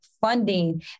funding